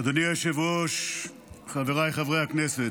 אדוני היושב-ראש, חבריי חברי הכנסת,